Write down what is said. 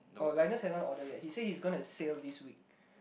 oh Lynas haven't order yet he say he's gonna sail this week